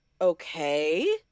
okay